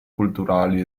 culturali